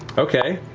okay,